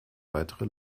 weitere